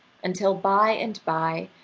until by and by,